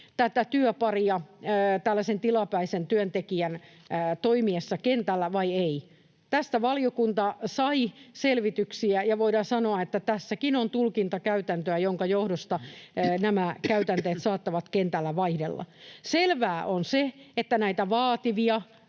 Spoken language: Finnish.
aina työparia tällaisen tilapäisen työntekijän toimiessa kentällä vai ei. Tästä valiokunta sai selvityksiä, ja voidaan sanoa, että tässäkin on tulkintakäytäntöä, jonka johdosta nämä käytänteet saattavat kentällä vaihdella. Selvää on se, että näitä vaativia